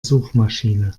suchmaschine